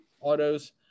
autos